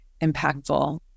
impactful